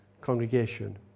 congregation